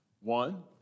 One